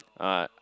uh